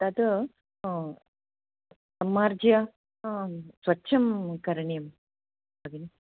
तद् सम्मार्ज्य स्वच्छं करणीयं भगिनि